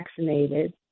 vaccinated